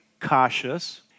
cautious